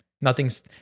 Nothing's